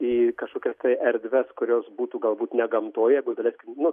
į kažkokias tai erdves kurios būtų galbūt ne gamtoj jeigu daleiskim nu